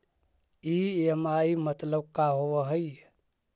EMI मतलब का होब हइ?